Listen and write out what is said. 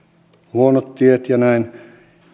huonot tiet ja näin